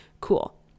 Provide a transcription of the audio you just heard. cool